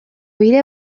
bide